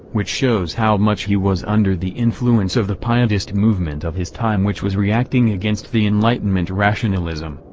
which shows how much he was under the influence of the pietist movement of his time which was reacting against the enlightenment rationalism,